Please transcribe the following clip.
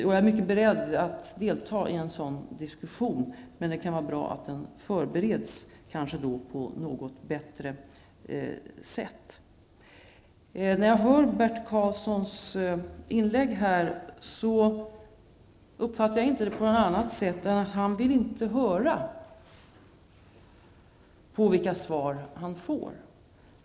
Jag är beredd att delta i en sådan diskussion, men det kan vara bra att den förbereds på bättre sätt. Jag uppfattar inte Bert Karlssons inlägg på annat sätt än att han inte vill höra på de svar han får.